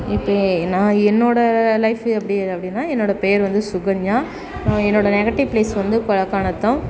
இப்போ நான் என்னோட லைஃபு எப்படி அப்படின்னா என்னோட பேரு வந்து சுகன்யா என்னோட நெகட்டிவ் ப்ளேஸ் வந்து கொளக்காநத்தம்